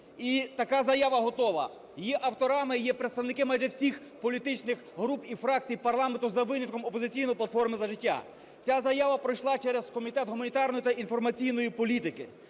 І така заява готова. Її авторами є представники майже всіх політичних груп і фракцій парламенту за винятком "Опозиційної платформи - За життя". Ця заява пройшла через Комітет гуманітарної та інформаційної політики.